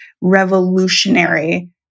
revolutionary